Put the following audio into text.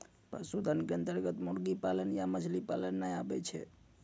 पशुधन के अन्तर्गत मुर्गी पालन या मछली पालन नाय आबै छै